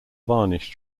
varnish